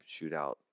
shootout